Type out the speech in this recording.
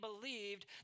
believed